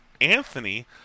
Anthony